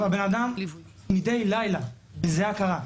האדם הזה מתעורר מידי לילה שטוף זיעה קרה.